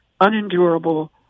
unendurable